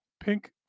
pink